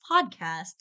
podcast